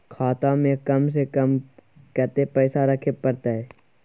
खाता में कम से कम कत्ते पैसा रखे परतै?